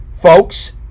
Folks